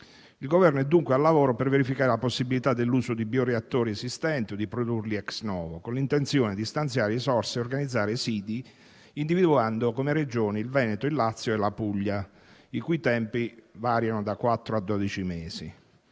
Il Governo è dunque al lavoro per verificare la possibilità dell'uso di bioreattori esistenti o di produrli *ex novo*, con l'intenzione di stanziare risorse e organizzare i siti, individuando come Regioni il Veneto, il Lazio e la Puglia, con tempi che variano da quattro